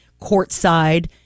courtside